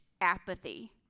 apathy